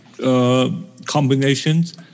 Combinations